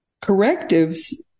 correctives